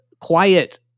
quiet